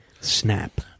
Snap